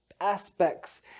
aspects